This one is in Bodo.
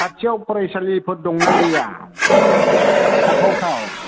खाथियाव फरायसालिफोर दं ना गैया थाथावथाव